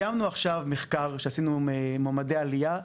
סיימנו עכשיו מחקר שעשינו עם מועמדי עלייה,